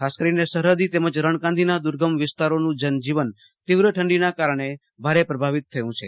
ખાસ કરીને સરહદી રણકાંધીના વિસ્તારોનું જનજીવન તીવ્ર ઠંડીના કારણે ભારે પ્રભાવિત થયું છે